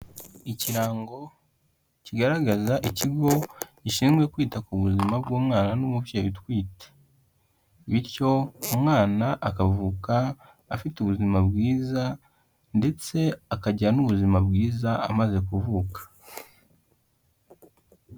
Ikirango kigaragaza ikigo gishinzwe kwita ku buzima bw'umwana n'umubyeyi utwite, bityo umwana akavuka afite ubuzima bwiza ndetse akagira n'ubuzima bwiza amaze kuvuka.